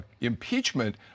impeachment